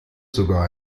sogar